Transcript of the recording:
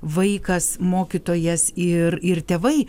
vaikas mokytojas ir ir tėvai